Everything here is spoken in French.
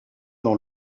dans